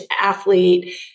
athlete